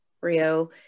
Rio